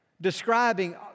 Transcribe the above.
describing